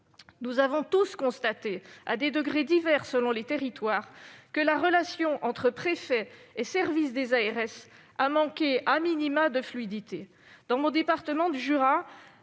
Nous l'avons tous constaté à des degrés divers selon les territoires, la relation entre préfets et services des ARS a, pour le moins, manqué de fluidité. Dans le département du Jura,